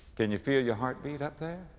can you feel your heart beat up there,